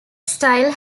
style